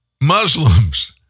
Muslims